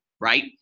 right